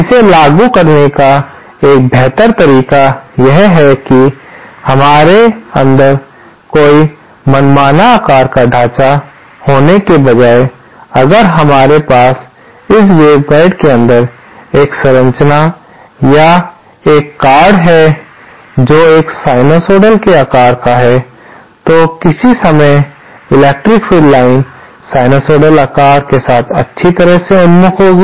इसे लागू करने का एक बेहतर तरीका यह है कि हमारे अंदर कोई मनमाना आकार का ढांचा होने के बजाय अगर हमारे पास इस वेवगाइड के अंदर एक संरचना या एक कार्ड है जो एक साइनसॉइडल के आकार का है तो किसी समय इलेक्ट्रिक फील्ड लाइन्स साइनोइडल आकार के साथ अच्छी तरह से उन्मुख होंगी